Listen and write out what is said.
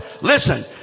Listen